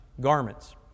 garments